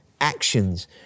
actions